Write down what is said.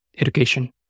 education